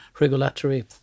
regulatory